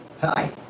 Hi